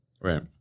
Right